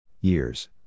years